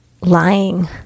lying